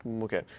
Okay